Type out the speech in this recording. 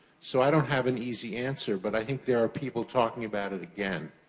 so, i don't have an easy answer. but i think there are people talking about it again.